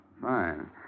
Fine